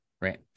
right